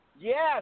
Yes